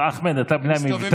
לא, אחמד, אתה בלי המבטא.